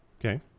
Okay